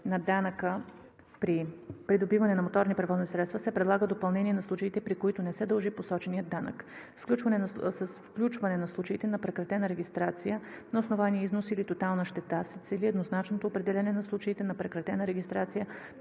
на данъка при придобиване на моторни превозни средства се предлага допълнение на случаите, при които не се дължи посоченият данък. С включване на случаите на прекратена регистрация на основание износ или тотална щета се цели еднозначното определяне на случаите на прекратена регистрация,